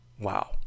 Wow